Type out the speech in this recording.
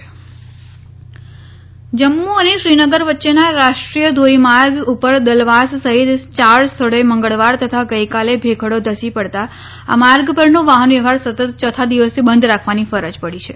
કાશ્મીર ધોરીમાર્ગ જમ્મુ અને શ્રીનગર વચ્ચેના રાષ્ટ્રીય ધોરીમાર્ગ ઉપર દલવાસ સહિત ચાર સ્થળોએ મંગળવાર તથા ગઈકાલે ભેખડો ધસી પડતા આ માર્ગ પરનો વાહન વ્યવહાર સતત યોથા દિવસે બંધ રાખવાની ફરજ પડી છે